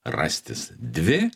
rastis dvi